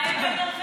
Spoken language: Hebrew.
אולי הם בנורבגיה.